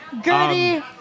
gertie